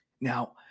Now